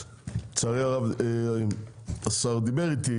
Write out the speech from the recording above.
לצערי הרב השר דיבר איתי,